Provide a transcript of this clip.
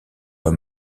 pas